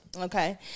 Okay